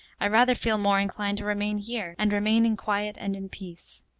i rather feel more inclined to remain here, and remain in quiet and in peace.